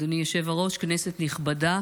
אדוני היושב-ראש, כנסת נכבדה,